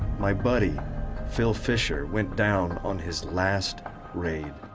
my buddy phil fischer went down on his last raid.